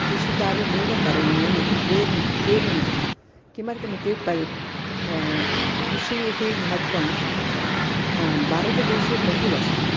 कृषिकार्यमेव करणीयम् इति प्रेरि प्रेरणीयं किमर्थम् इत्युक्ते पर् कृषेः महत्त्वं भारतदेशे बहु अस्ति